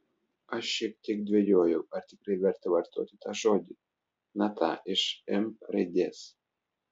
aš šiek tiek dvejojau ar tikrai verta vartoti tą žodį na tą iš m raidės